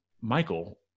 Michael